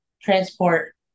Transport